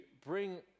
bring